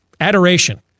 adoration